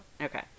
Okay